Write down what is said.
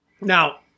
Now